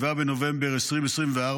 7 בנובמבר 2024,